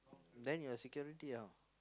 then your security how